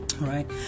right